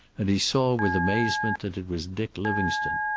and he saw with amazement that it was dick livingstone.